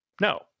No